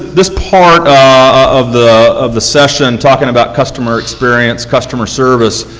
this part of the of the session, talking about customer experience, customer service,